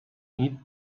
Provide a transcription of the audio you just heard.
eat